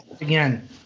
again